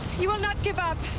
he will not give up.